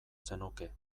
zenuke